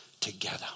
Together